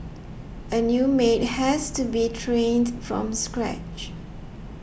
a new maid has to be trained from scratch